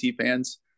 fans